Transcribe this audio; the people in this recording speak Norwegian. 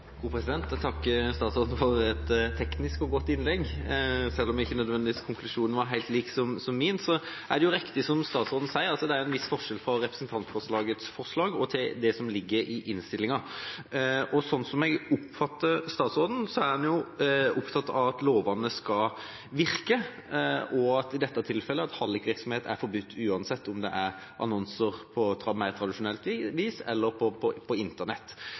Jeg takker statsråden for et teknisk og godt innlegg, selv om konklusjonen ikke nødvendigvis var helt lik min. Det er riktig som statsråden sier: Det er en viss forskjell på representantforslaget og det som ligger i innstillinga nå. Sånn jeg oppfatter statsråden, er han opptatt av at lovene skal virke, og i dette tilfellet av at hallikvirksomhet er forbudt, uansett om det er annonser på mer tradisjonelt vis eller på